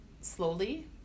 slowly